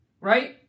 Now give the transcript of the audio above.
Right